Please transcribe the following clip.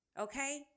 Okay